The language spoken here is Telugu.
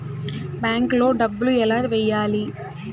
బ్యాంక్లో డబ్బులు ఎలా వెయ్యాలి?